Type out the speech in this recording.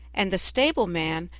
and the stable man,